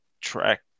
track –